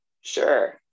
Sure